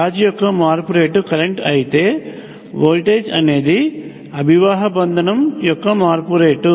charge యొక్క మార్పు rate current అయితే వోల్టేజ్ అనేది అభివాహ బంధనం యొక్క మార్పు రేటు